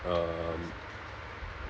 um